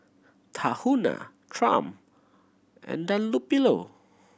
Tahuna Triumph and Dunlopillo